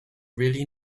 really